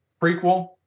prequel